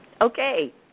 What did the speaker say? Okay